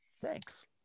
Thanks